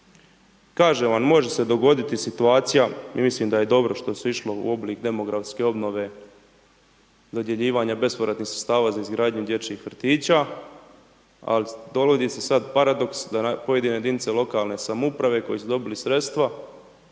Kažem vam, može se dogoditi situacija i mislim da je dobro što se išlo u oblik demografske obnove dodjeljivanja bespovratnih sredstava za izgradnju dječjih vrtića ali dogodi se sad paradoks da pojedine jedince lokalne samouprave koje su dobili sredstva